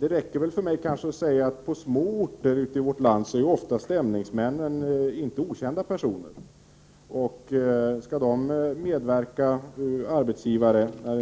Det räcker för mig att säga, att på små orter ute i vårt land är ofta stämningsmännen inte okända personer. Och hur blir det då, om det skall vara en sådan här medverkan?